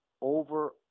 over